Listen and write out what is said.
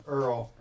Earl